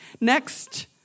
Next